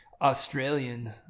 Australian